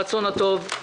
רוב נגד,